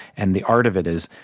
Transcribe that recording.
and the art of it is,